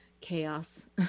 chaos